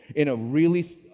in a really